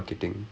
ஆமாம்:aamaam